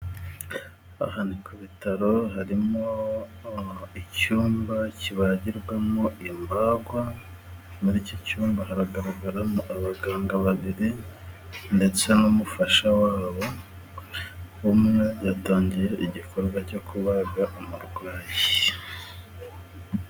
Aha ni ku bitaro harimo icyumba kibagirwamo imbagwa muri iki cyumba haragaragaramo abaganga babiri ndetse n'umufasha wabo umwe yatangiye igikorwa cyo kubaga umurwayi.